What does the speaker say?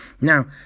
Now